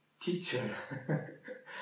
teacher